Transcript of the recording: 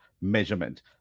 measurement